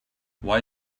why